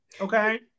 Okay